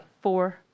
Four